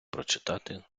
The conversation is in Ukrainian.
прочитати